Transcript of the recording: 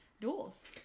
duels